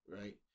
right